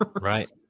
Right